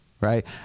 right